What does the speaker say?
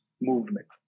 movement